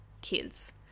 kids